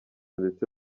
ndetse